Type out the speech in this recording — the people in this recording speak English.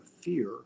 fear